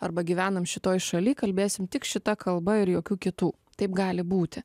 arba gyvenam šitoj šalyj kalbėsime tik šita kalba ir jokių kitų taip gali būti